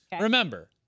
Remember